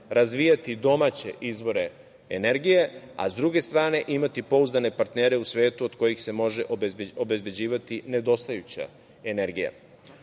razvijati domaće izvore energije, a sa druge strane imati pouzdane partnere u svetu od kojih se može obezbeđivati nedostajuća energija. Ovo